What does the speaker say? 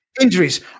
Injuries